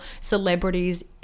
celebrities